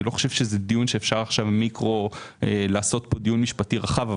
אני לא חושב שאפשר לעשות פה דיון משפטי רחב,